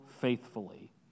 faithfully